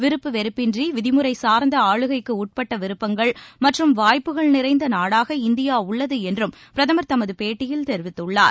விருப்பு வெறுப்பின்றி விதிமுறை சார்ந்த ஆளுகைக்கு உட்பட்ட விருப்பங்கள் மற்றும் வாய்ப்புகள் நிறைந்த நாடாக இந்தியா உள்ளது என்றும் பிரதமர் தமது பேட்டியில் தெரிவித்துள்ளார்